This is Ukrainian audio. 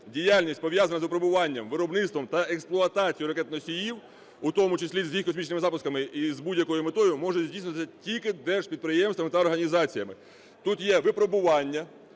діяльність, пов'язана з випробуванням, виробництвом та експлуатацією ракет-носіїв, у тому числі з їх космічними запусками і з будь-якою метою, можуть здійснюватися тільки держпідприємствами та організаціями. Тут є випробування,